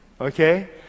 Okay